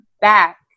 back